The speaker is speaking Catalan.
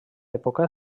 època